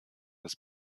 das